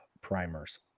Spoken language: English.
primers